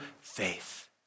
faith